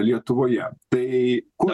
lietuvoje tai kur